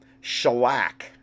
shellac